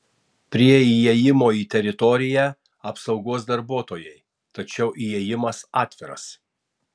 prie įėjimo į teritoriją apsaugos darbuotojai tačiau įėjimas atviras